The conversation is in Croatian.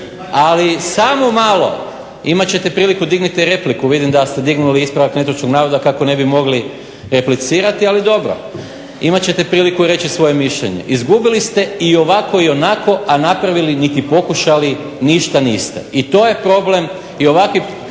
se. Samo malo, imat ćete priliku, dignite repliku, vidim da ste digli ispravak netočnog navoda kako ne bi mogli replicirati, ali dobro. Imati ćete priliku reći svoje mišljenje. Izgubili ste i ovako i onako, a napravili niti pokušali ništa niste. I to je problem. i ovakvi